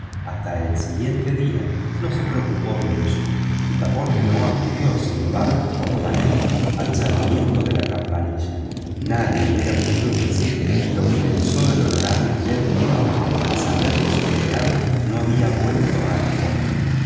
hasta el siguiente día no se preocupó de ello picaporte no acudió sin embargo por la mañana al llamamiento de la campanilla nadie hubiera podido decir lo que pensó el honorable gentleman al saber que su criado no había vuelto a la fonda